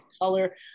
color